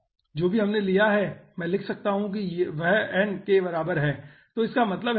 मैं लिख सकता हूँ कि वह n के बराबर है